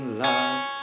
love